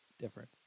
difference